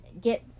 get